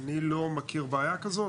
אני לא מכיר בעיה כזו,